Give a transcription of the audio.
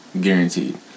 Guaranteed